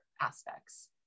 aspects